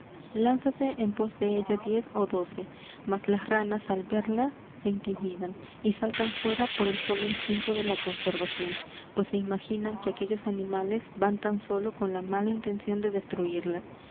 lánzanse en pos de ella diez ó doce mas las ranas al verlas se intimidan y saltan fuera por el solo instinto de la conservación pues se imaginan que aquellos animales van tan sólo con la mala intención de destruirlas